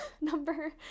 number